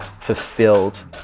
fulfilled